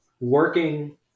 working